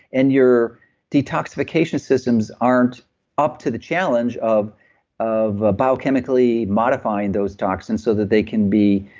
and your detoxification systems aren't up to the challenge of of biochemically modifying those toxins so that they can be